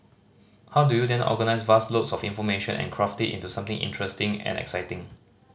how do you then organise vast loads of information and craft it into something interesting and exciting